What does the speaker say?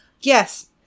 yes